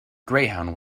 greyhound